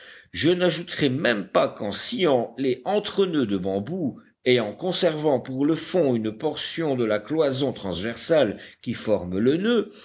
je n'ajouterai même pas qu'en sciant les entre noeuds de bambous et en conservant pour le fond une portion de la cloison transversale qui forme le noeud